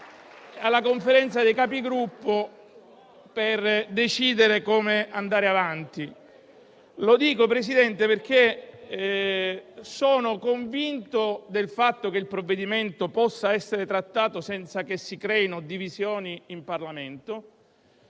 una Conferenza dei Capigruppo per decidere come andare avanti. Presidente, sono convinto del fatto che il provvedimento possa essere trattato senza che si creino divisioni in Parlamento.